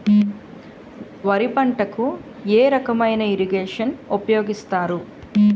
వరి పంటకు ఏ రకమైన ఇరగేషన్ ఉపయోగిస్తారు?